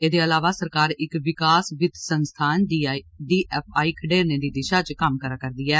एहदे अलावा सरकार इक्क विकास वित्त संस्थान खडेरने दी दिशा इव कम्म करा'रदी ऐ